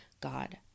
God